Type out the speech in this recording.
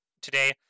today